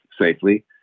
safely